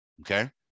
okay